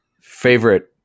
favorite